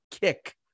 kick